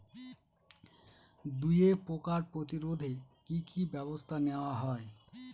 দুয়ে পোকার প্রতিরোধে কি কি ব্যাবস্থা নেওয়া হয়?